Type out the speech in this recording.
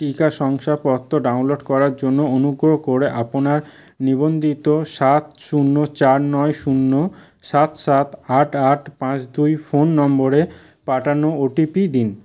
টিকা শংসাপত্র ডাউনলোড করার জন্য অনুগ্রহ করে আপনার নিবন্ধিত সাত শূন্য চার নয় শূন্য সাত সাত আট আট পাঁচ দুই ফোন নম্বরে পাঠানো ওটিপি দিন